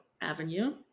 Avenue